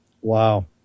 Wow